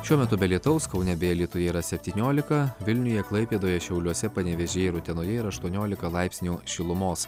šiuo metu be lietaus kaune bei alytuje yra septyniolika vilniuje klaipėdoje šiauliuose panevėžyje ir utenoje yra aštuoniolika laipsnių šilumos